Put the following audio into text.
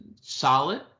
solid